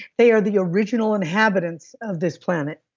they are the original inhabitants of this planet.